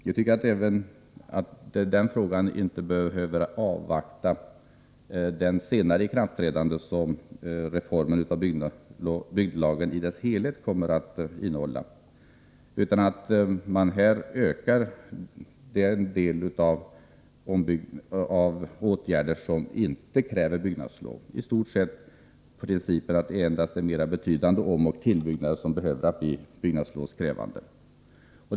Jag tycker att man i den frågan inte behöver avvakta ikraftträdandet av de reformer som bygglagen i sin helhet kommer att innehålla, utan man kan öka åtgärderna på den del som inte är byggnadslovskrävande. I stort sett bör man följa principen att det endast är mera betydande omoch tillbyggnader som behöver bli byggnadslovskrävande.